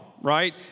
right